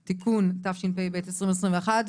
מעבידים)(תיקון), התשפ"ב-2021.